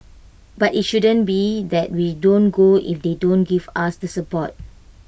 but IT shouldn't be that we don't go if they don't give us the support